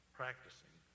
practicing